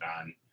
on